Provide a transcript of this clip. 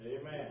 Amen